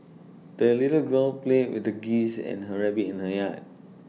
the little girl played with the geese and her rabbit in the yard